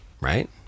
right